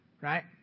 right